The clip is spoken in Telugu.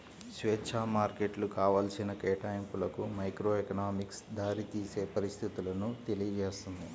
స్వేచ్ఛా మార్కెట్లు కావాల్సిన కేటాయింపులకు మైక్రోఎకనామిక్స్ దారితీసే పరిస్థితులను తెలియజేస్తుంది